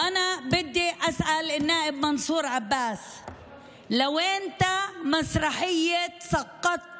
ואני רוצה לשאול את חבר הכנסת מנסור עבאס: עד מתי תימשך ההצגה